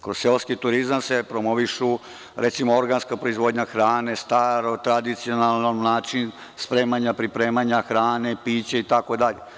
Kroz seoski turizam se promovišu, recimo, organska proizvodnja hrane, staro, tradicionalan način spremanja i pripremanja hrane, piće, itd.